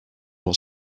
will